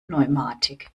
pneumatik